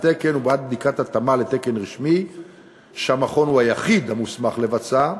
תקן ובעד בדיקת התאמה לתקן רשמי שהמכון הוא היחיד המוסמך לבצעה,